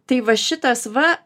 tai va šitas va